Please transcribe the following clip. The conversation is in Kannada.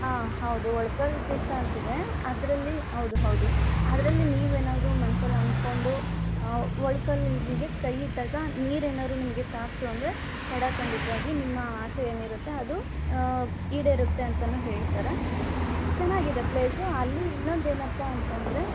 ಹಾಂ ಹೌದು ಒಳ್ಕಲ್ಲು ತೀರ್ಥ ಅಂತಿದೆ ಅದರಲ್ಲಿ ಹೌದು ಹೌದು ಅದರಲ್ಲಿ ನೀವೇನಾದರೂ ಮನ್ಸಲ್ಲಿ ಅನ್ಕೊಂಡು ಒಳ್ಕಲ್ಲು ಹಿಂಗೆ ಕೈ ಇಟ್ಟಾಗ ನೀರು ಏನಾದ್ರು ನಿಮಗೆ ತಾಕ್ತು ಅಂದರೆ ಖಡಾಖಂಡಿತವಾಗಿ ನಿಮ್ಮ ಆಸೆ ಏನಿರುತ್ತೆ ಅದು ಈಡೇರುತ್ತೆ ಅಂತನೂ ಹೇಳ್ತಾರೆ ಚೆನ್ನಾಗಿದೆ ಪ್ಲೇಸು ಅಲ್ಲಿ ಇನ್ನೊಂದು ಏನಪ್ಪಾ ಅಂತಂದರೆ